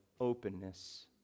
openness